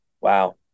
wow